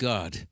God